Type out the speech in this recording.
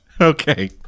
okay